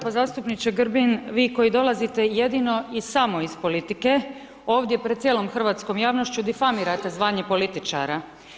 Pa zastupniče Grbin, vi koji dolazite jedino i samo iz politike, ovdje pred cijelom hrvatskom javnošću difamirate zvanje političara.